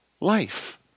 life